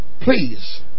Please